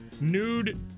nude